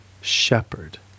shepherd